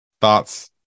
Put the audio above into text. thoughts